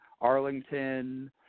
Arlington